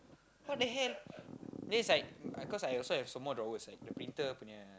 what the hell then it's like cause I I also have some more drawers the printer punya